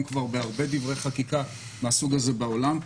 כבר בהרבה דברי חקיקה מהסוג הזה בעולם,